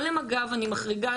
לא למג"ב אני מחריגה,